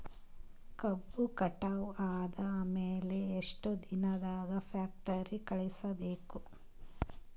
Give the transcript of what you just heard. ಕಬ್ಬು ಕಟಾವ ಆದ ಮ್ಯಾಲೆ ಎಷ್ಟು ದಿನದಾಗ ಫ್ಯಾಕ್ಟರಿ ಕಳುಹಿಸಬೇಕು?